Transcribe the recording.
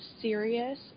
serious